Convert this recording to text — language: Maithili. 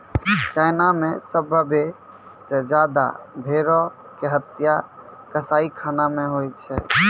चाइना मे सभ्भे से ज्यादा भेड़ो के हत्या कसाईखाना मे होय छै